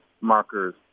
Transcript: markers